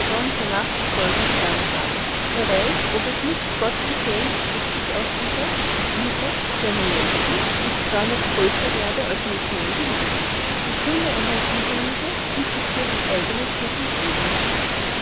nabuchodonosor nachzufolgen die ehre habe wer weiß ob es nicht gott gefällt daß ich auch wieder wie dieser zu einem menschen und zwar noch größer werde als mein knän gewesen ich rühme einmal diejenige die sich durch eigene tugenden edel machen